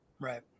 Right